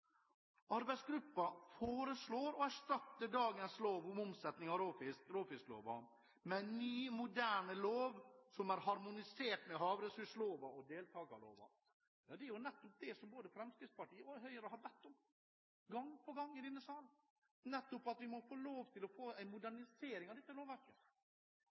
foreslår å erstatte dagens lov om omsetning av råfisk med en ny moderne lov som er harmonisert med havressursloven og deltakerloven.» Det er nettopp det både Fremskrittspartiet og Høyre har bedt om gang på gang i denne sal, at vi må få